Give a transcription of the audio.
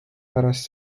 pärast